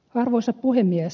arvoisa puhemies